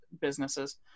businesses